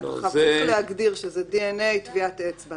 נראה לי אנטי כל המושג של ההתיישנות.